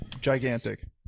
gigantic